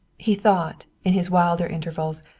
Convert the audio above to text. he thought, in his wilder intervals,